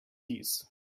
his